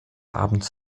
abends